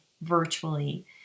virtually